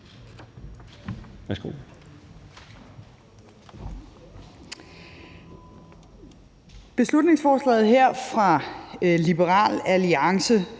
Værsgo.